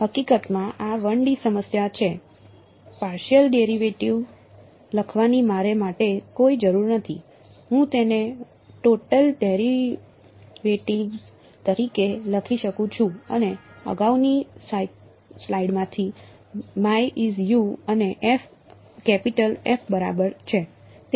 હકીકતમાં આ 1 D સમસ્યા છે પર્શિયલ ડેરિવેટિવ શું છે